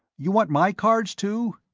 you want my cards, too?